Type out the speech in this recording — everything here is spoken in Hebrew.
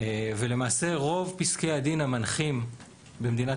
ולמעשה רוב פסקי הדין המנחים במדינת